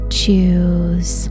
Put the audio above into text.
choose